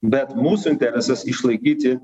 bet mūsų interesas išlaikyti